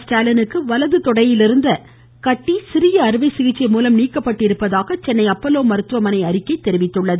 ஸ்டாலினுக்கு வலது தொடையிலிருந்த கட்டி சிறிய அறுவை சிகிச்சை மூலம் நீக்கப்பட்டிருப்பதாக சென்னை அப்பல்லோ மருத்துவமனை அறிக்கை தெரிவித்துள்ளது